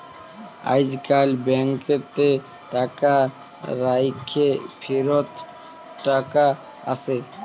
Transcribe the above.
আইজকাল ব্যাংকেতে টাকা রাইখ্যে ফিরত টাকা আসে